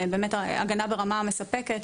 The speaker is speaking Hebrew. באמת הגנה ברמה מספקת,